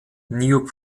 new